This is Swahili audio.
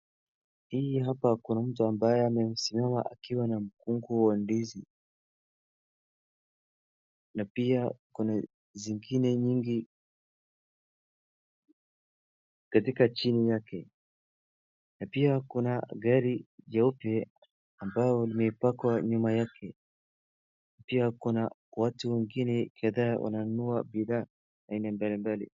Hii hapa kuna mtu ambaye amesimama akishikilia mkungu wa ndizi, na pia kuna zingine nyingi katika chini yakena pia kuna gari jeupe ambayo limepakiwa nyuma yake. Pia kuns Watu wengine wananunua bidhaa aina mbalimbali.